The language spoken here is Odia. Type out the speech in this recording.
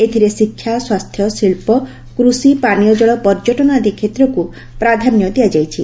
ଏଥିରେ ଶିକ୍ଷା ସ୍ୱାସ୍ଥ୍ୟ ଶିକ୍ବ କୃଷି ପାନୀୟଜଳ ପର୍ଯ୍ୟଟନ ଆଦି କ୍ଷେତ୍ରକୁ ପ୍ରାଧାନ୍ୟ ଦିଆଯାଇଛି